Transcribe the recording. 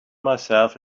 myself